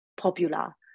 popular